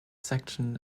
section